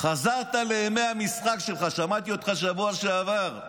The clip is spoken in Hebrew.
חזרת לימי המשחק שלך, שמעתי אותך שבוע שעבר.